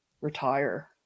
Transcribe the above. retire